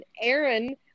Aaron